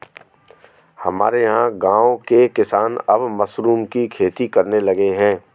हमारे यहां गांवों के किसान अब मशरूम की खेती करने लगे हैं